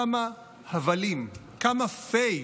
כמה הבלים, כמה פייק.